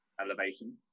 elevation